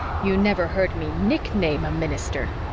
you never heard me nickname a minister.